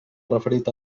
referit